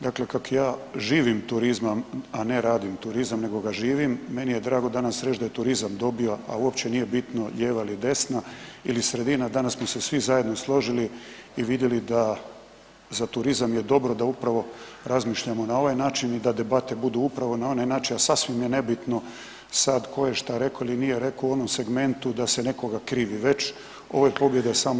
Dakle kako ja živim turizam, a ne radim turizam nego ga živim meni je drago danas reći da je turizam dobio, a uopće nije bitno lijeva ili desna ili sredina, danas smo se svi zajedno složili i vidjeli da za turizam je dobro da upravo razmišljamo na ovaj način i da debate budu upravo na onaj način, a sasvim je nebitno sad tko je šta rekao ili nije rekao u onom segmentu da se nekoga krivi već ovo je pobjeda samog turizma.